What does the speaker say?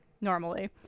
Normally